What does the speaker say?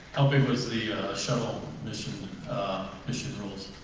how big was the shuttle mission mission rules?